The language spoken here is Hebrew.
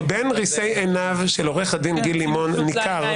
מבין ריסי עיניו של עו"ד גיל לימון ניכר